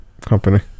company